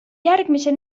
järgmise